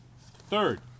Third